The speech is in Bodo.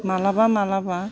माब्लाबा माब्लाबा